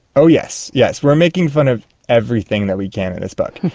oh yes, yes we are making fun of everything that we can in this book.